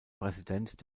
präsident